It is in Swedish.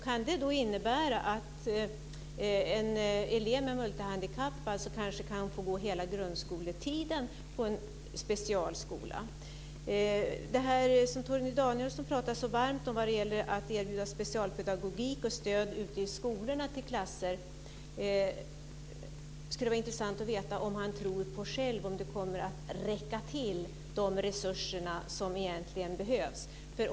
Kan det innebära att en elev med multihandikapp kanske kan få gå hela grundskoletiden på en specialskola? Torgny Danielsson pratade så varmt om att erbjuda specialpedagogik och stöd ute i skolorna till klasser. Det skulle vara intressant att veta om han själv tror att resurserna kommer att räcka till det som egentligen behövs.